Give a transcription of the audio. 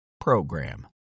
program